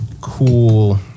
cool